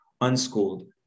unschooled